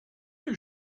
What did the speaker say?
que